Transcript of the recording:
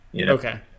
Okay